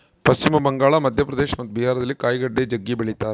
ಪಶ್ಚಿಮ ಬಂಗಾಳ, ಮಧ್ಯಪ್ರದೇಶ ಮತ್ತು ಬಿಹಾರದಲ್ಲಿ ಕಾಯಿಗಡ್ಡೆ ಜಗ್ಗಿ ಬೆಳಿತಾರ